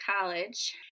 college